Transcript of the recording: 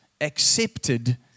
accepted